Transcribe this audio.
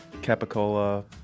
capicola